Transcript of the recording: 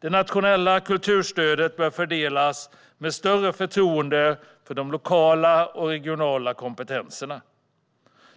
Det nationella kulturstödet bör fördelas med större förtroende för de lokala och regionala kompetenserna.